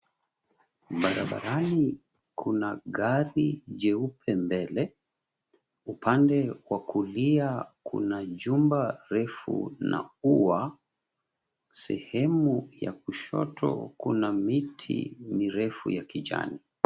Barabarani kuna gari jeupe mbele, upande wa kulia kuna jumba refu na ua, 𝑠ehemu ya kushoto kuna miti mirefu ya kijani.